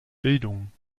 bildung